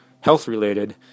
health-related